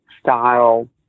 style